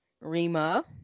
Rima